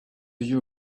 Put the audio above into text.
you